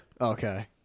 Okay